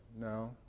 No